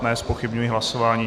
Zpochybňuji hlasování.